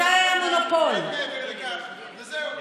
זה הרבה מעבר לכך, וזהו.